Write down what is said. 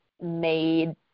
made